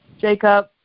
Jacob